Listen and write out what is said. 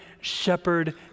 shepherd